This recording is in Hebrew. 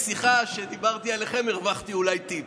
משיחה שבה דיברתי עליכם אולי הרווחתי טיפ.